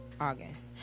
August